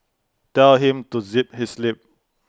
tell him to zip his lip